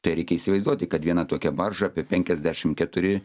tai reikia įsivaizduoti kad viena tokia barža apie penkiasdešim keturi